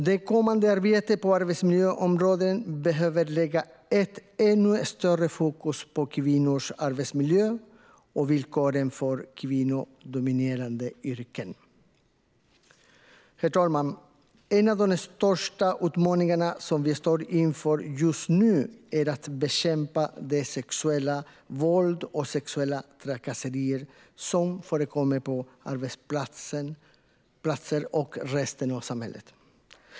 Det kommande arbetet på arbetsmiljöområdet behöver lägga ett ännu större fokus på kvinnors arbetsmiljö och villkoren i kvinnodominerade yrken. Herr talman! En av de största utmaningarna som vi står inför just nu är att bekämpa det sexuella våld och de sexuella trakasserier som förekommer på arbetsplatser och i resten av samhället.